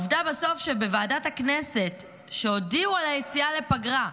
בסוף עובדה שכשהודיעו בוועדת הכנסת על היציאה לפגרה,